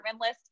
List